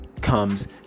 comes